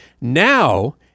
now